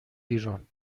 بیرون